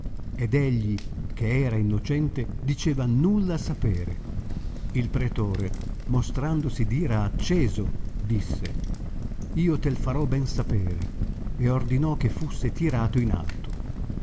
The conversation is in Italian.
ed egli che era innocente diceva nulla sapere il pretore mostrandosi d ira acceso disse io tei farò ben sapere e ordinò che fusse tirato in alto